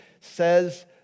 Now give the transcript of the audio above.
says